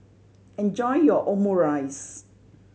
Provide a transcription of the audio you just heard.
enjoy your Omurice